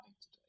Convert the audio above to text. today